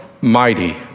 mighty